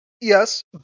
Yes